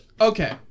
Okay